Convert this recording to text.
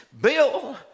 Bill